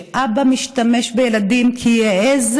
שאבא משתמש בילדים כי היא העזה